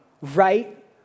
right